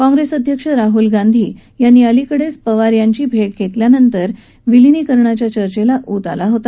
काँग्रेस अध्यक्ष राहूल गांधी यांनी अलिकडेच पवार यांची भेट घेतल्यानंतर विलीनीकरण्याच्या चर्चेला ऊत आला होता